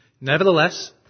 Nevertheless